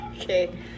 Okay